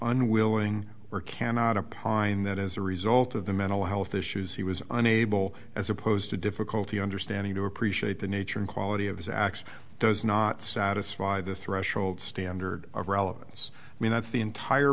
unwilling or cannot of pine that as a result of the mental health issues he was unable as opposed to difficulty understanding to appreciate the nature and quality of his acts does not satisfy the threshold standard of relevance i mean that's the entire